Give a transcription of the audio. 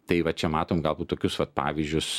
tai va čia matom galbūt tokius va pavyzdžius